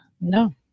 No